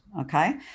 okay